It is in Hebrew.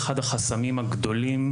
אחד החסמים הגדולים,